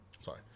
Sorry